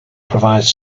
provides